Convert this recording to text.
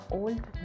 old